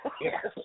Yes